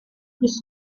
plus